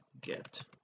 get